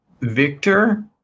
victor